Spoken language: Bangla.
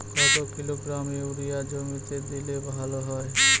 কত কিলোগ্রাম ইউরিয়া জমিতে দিলে ভালো হয়?